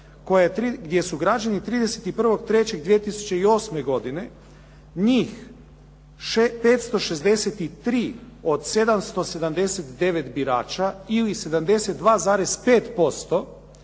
gdje su građani 31. 03. 2008. godine njih 563 od 779 birača ili 72,5%